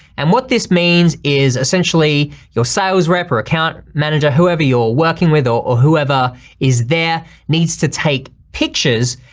and what this means is essentially your sales rep or account manager, whoever you're working with or or whoever is there needs to take pictures,